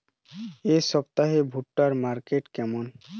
এই সপ্তাহে ভুট্টার মার্কেট কেমন?